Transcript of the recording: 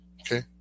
okay